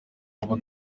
abo